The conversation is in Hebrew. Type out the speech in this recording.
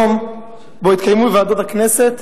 יום שבו התקיימו בוועדות הכנסת